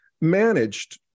managed